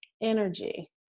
energy